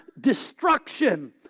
destruction